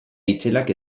itzelak